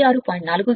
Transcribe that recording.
కాబట్టి ఇది 86